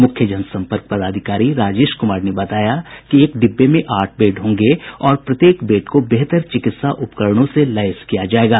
मुख्य जन संपर्क पदाधिकारी राजेश कुमार ने बताया कि एक डिब्बे में आठ बेड होंगे और प्रत्येक बेड को बेहतर चिकित्सा उपकरणों से लैस किया जायेगा